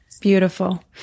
Beautiful